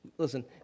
Listen